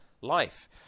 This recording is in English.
life